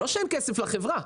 לא שאין כסף לחברה.